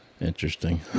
Interesting